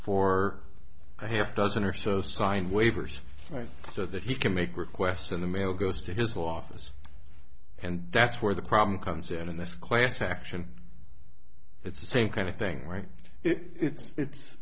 i have dozen or so sign waivers right so that he can make requests in the mail goes to his office and that's where the problem comes in in this class action it's the same kind of thing right it